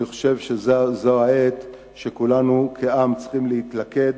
אני חושב שזו העת שכולנו, כעם, צריכים להתלכד,